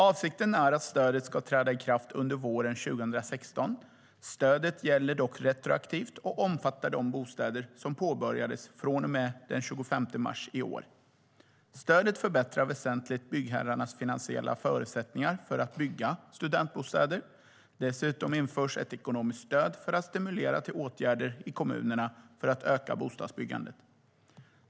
Avsikten är att stödet ska träda i kraft under våren 2016. Stödet gäller dock retroaktivt och omfattar de bostäder som påbörjades från och med den 25 mars i år. Stödet förbättrar väsentligt byggherrarnas finansiella förutsättningar för att bygga studentbostäder. Dessutom införs ett ekonomiskt stöd för att stimulera till åtgärder i kommunerna för att öka bostadsbyggandet.